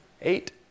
eight